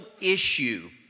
issue